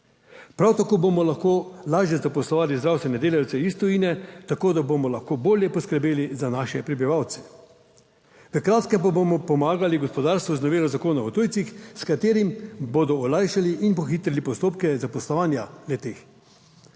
Prav tako bomo lahko lažje zaposlovali zdravstvene delavce iz tujine, tako da bomo lahko bolje poskrbeli za naše prebivalce. V kratkem pa bomo pomagali gospodarstvu z novelo zakona o tujcih, s katerim bodo olajšali in pohitrili postopke zaposlovanja le-teh.